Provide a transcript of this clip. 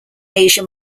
asia